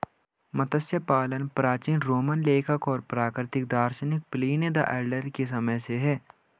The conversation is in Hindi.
मत्स्य पालन प्राचीन रोमन लेखक और प्राकृतिक दार्शनिक प्लिनी द एल्डर के समय से है